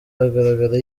agaragara